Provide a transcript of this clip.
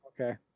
Okay